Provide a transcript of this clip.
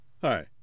Hi